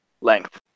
length